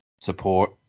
support